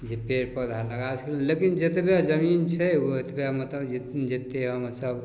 जे पेड़ पौधा लगा सकी लेकिन जतबे जमीन छै ओ ओतबेमे तऽ जे जतेक हमसभ